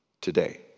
today